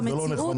זאת מציאות.